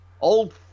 old